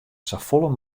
safolle